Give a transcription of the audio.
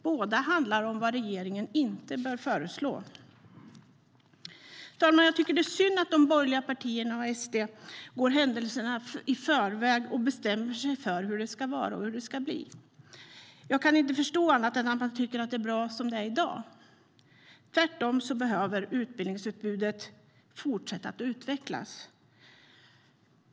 Båda handlar om vad regeringen inte bör föreslå. Herr talman! Jag tycker att det är synd att de borgerliga partierna och SD går händelserna i förväg och bestämmer sig för hur det ska vara och hur det ska bli. Jag kan inte förstå annat än att man tycker att det är bra som det är i dag. Tvärtom behöver utbildningsutbudet fortsätta utvecklas.